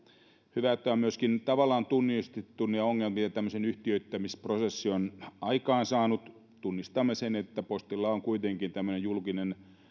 hyvä että on myöskin tavallaan tunnistettu ne ongelmat joita tämmöinen yhtiöittämisprosessi on aikaansaanut tunnistamme sen että postilla on kuitenkin tämmöinen julkinen